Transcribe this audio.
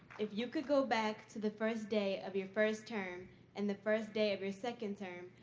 if you could go back to the first day of your first term and the first day of your second term,